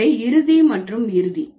எனவே இறுதிமற்றும் இறுதி